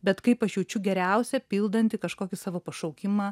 bet kaip aš jaučiu geriausia pildanti kažkokį savo pašaukimą